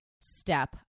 step